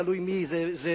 תלוי מי זה,